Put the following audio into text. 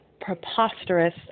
preposterous